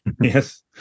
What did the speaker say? Yes